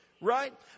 right